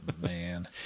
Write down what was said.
man